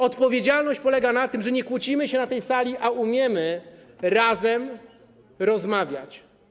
Odpowiedzialność polega na tym, że nie kłócimy się na tej sali, lecz umiemy razem rozmawiać.